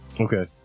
Okay